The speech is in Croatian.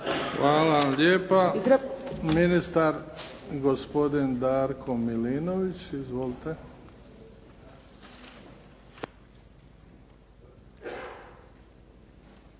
Hvala vam lijepa. Ministar gospodin Darko Milinović. Izvolite.